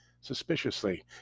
Suspiciously